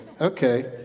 Okay